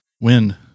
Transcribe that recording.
Win